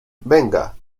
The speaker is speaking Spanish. venga